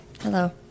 Hello